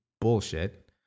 bullshit